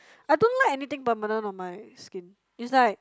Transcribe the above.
I don't like anything permanent on my skin it's like